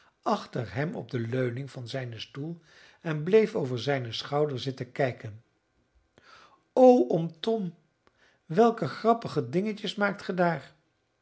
achter hem op de leuning van zijnen stoel en bleef over zijnen schouder zitten kijken o oom tom welke grappige dingetjes maakt